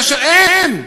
כאשר הם,